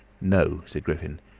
no, said griffin.